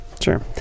sure